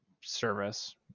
service